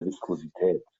viskosität